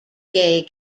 gay